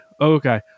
okay